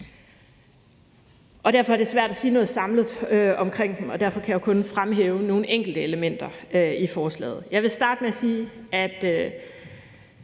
Derfor er det svært at sige noget samlet omkring det, og derfor kan jeg kun fremhæve nogle enkelte elementer i forslaget. Jeg vil starte med at sige, at